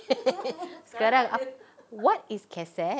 sekarang ah what is cassette